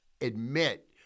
admit